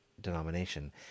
denomination